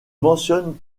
mentionne